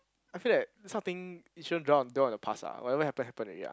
I feel that this kind of thing it shouldn't drown on dwell on your past ah whatever happen happen already lah